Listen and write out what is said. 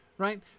Right